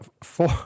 four